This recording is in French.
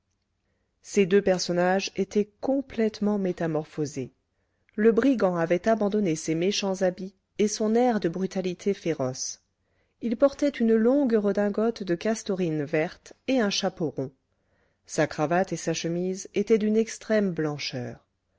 ces deux personnages étaient complètement métamorphosés le brigand avait abandonné ses méchants habits et son air de brutalité féroce il portait une longue redingote de castorine verte et un chapeau rond sa cravate et sa chemise étaient d'une extrême blancheur